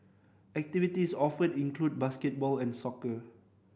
activities offered include basketball and soccer